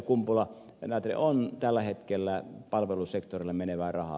kumpula natri on tällä hetkellä palvelusektorille menevää rahaa